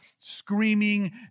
screaming